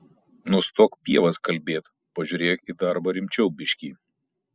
nustok pievas kalbėt pažiūrėk į darbą rimčiau biškį